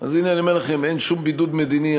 אז הנה אני אומר לכם: אין שום בידוד מדיני,